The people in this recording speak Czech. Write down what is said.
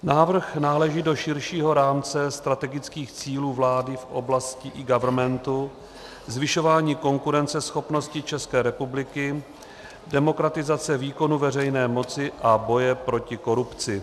Návrh náleží do širšího rámce strategických cílů vlády v oblasti eGovernmentu, zvyšování konkurenceschopnosti České republiky, demokratizace výkonu veřejné moci a boje proti korupci.